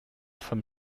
from